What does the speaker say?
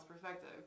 perspective